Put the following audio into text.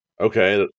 Okay